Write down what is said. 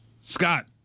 Scott